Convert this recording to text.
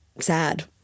Sad